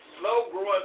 slow-growing